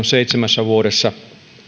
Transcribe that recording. seitsemässä vuodessa